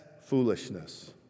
foolishness